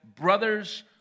brothers